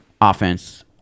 offense